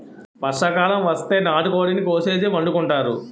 వర్షాకాలం వస్తే నాటుకోడిని కోసేసి వండుకుంతారు